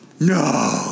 No